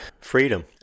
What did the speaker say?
freedom